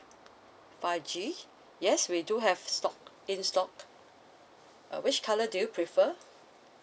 five G yes we do have stock in stock uh which color do you prefer